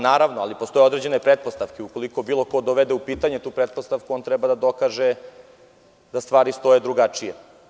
Naravno, ali postoje određene pretpostavke, ukoliko bilo ko dovede u pitanje tu pretpostavku on treba da dokaže da stvari stoje drugačije.